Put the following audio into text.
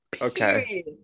okay